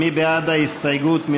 מי בעד ההסתייגות?